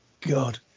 God